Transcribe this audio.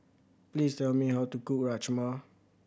please tell me how to cook Rajma